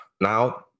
now